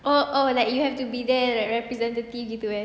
oh oh like you have to be there representative gitu eh